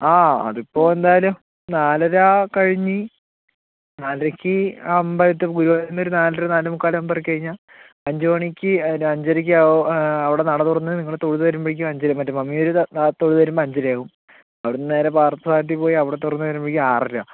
ആ അതിപ്പോൾ എന്തായാലും നാലര കഴിഞ്ഞ് നാലരക്ക് അമ്പലത്ത്ക്ക് ഗുരുവായൂരിൽ ഒരു നാലര നാലേമുക്കാലാകുമ്പോൾ ഇറങ്ങി കഴിഞ്ഞാൽ അഞ്ചുമണിക്ക് പിന്നെ അഞ്ചരക്ക് അവിടെ നട തുറന്ന് നിങ്ങൾ തൊഴുത് വരുമ്പോഴേക്കും അഞ്ചരയാവും പിന്നെ മറ്റെ മമ്മേരി തൊഴുത് വരുമ്പോൾ അഞ്ചരയാവും അവിടന്ന് നേരെ പാർത്ത സാരഥി പോയി അവിടെ തൊഴുത് വെരുമ്പോഴേക്കും ആറര